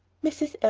mrs.